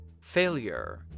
Failure